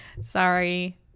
Sorry